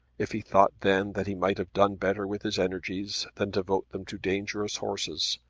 if he thought then that he might have done better with his energies than devote them to dangerous horses,